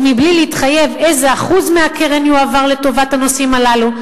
או בלי להתחייב איזה אחוז מהקרן יועבר לטובת הנושאים הללו.